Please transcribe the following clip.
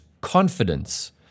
confidence